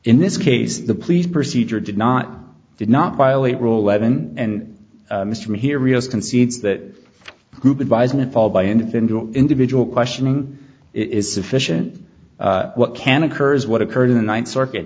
in this case the police procedure did not did not violate ruhleben and mr materials concedes that group advisement fall by individual individual questioning is sufficient what can occur is what occurred in the ninth circuit